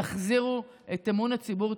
תחזירו את אמון הציבור,